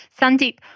Sandeep